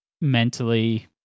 mentally